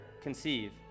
conceive